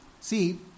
See